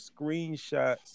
screenshots